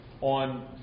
on